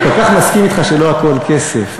אני כל כך מסכים אתך שלא הכול כסף.